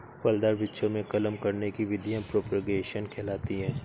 फलदार वृक्षों में कलम करने की विधियां प्रोपेगेशन कहलाती हैं